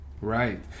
Right